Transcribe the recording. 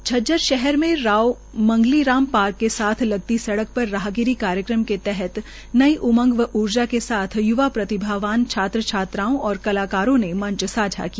झज्जर शहर के राव मंगली राम पार्क के साथ लगती सड़क पर राहगिरी कार्यक्रम के तहत नई उमंग व ऊर्जा के साथ यूवा प्रतिभावान छात्र छात्राओं व कलाकारों ने मंच सांझा किया